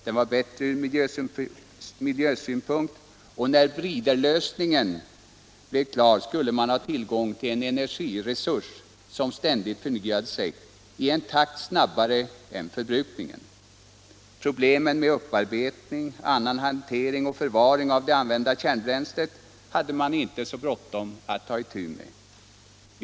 Den var bättre ur miljösynpunkt, och när briderlösningen blev klar skulle man ha tillgång till en energiresurs som ständigt förnyade sig i en takt snabbare än förbrukningen. Problemen med upparbetning, annan hantering och förvaring av det använda kärnbränslet hade man inte så bråttom att ta itu med.